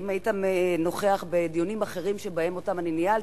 אם היית נוכח בדיונים אחרים שאני ניהלתי,